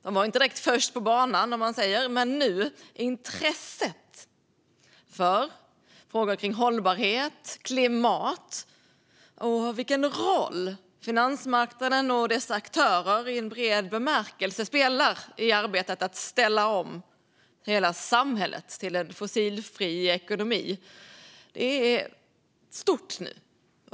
De var ju inte direkt först på banan, om man säger så, men intresset för frågor kring hållbarhet, klimat och vilken roll finansmarknaden och dess aktörer i bred bemärkelse spelar i arbetet med att ställa om hela samhället till en fossilfri ekonomi är nu stort.